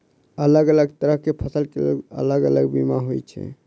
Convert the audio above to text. अलग अलग तरह केँ फसल केँ लेल अलग अलग बीमा होइ छै?